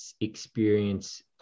experience